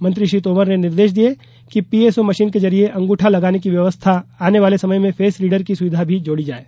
मंत्री श्री तोमर ने निर्देश दिये कि पीएसओ मशीन के जरिये अगूंठा लगाने की व्यवस्था आने वाले समय में फेस रीडर की सुविधा भी जोड़ी जाये